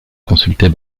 consultait